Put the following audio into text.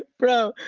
bro,